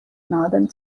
northern